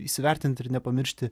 įsivertint ir nepamiršti